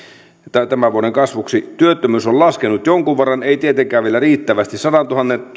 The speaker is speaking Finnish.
tämän vuoden kasvuksi työttömyys on laskenut jonkun verran ei tietenkään vielä riittävästi sadantuhannen